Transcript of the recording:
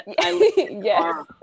yes